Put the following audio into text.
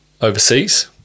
overseas